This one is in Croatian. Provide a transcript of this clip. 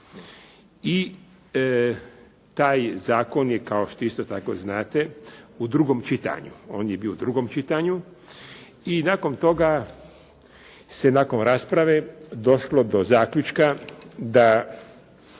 I taj zakon kao što isto tako znate u drugom čitanju. On je bio u drugom čitanju i nakon toga se nakon rasprave došlo do zaključka da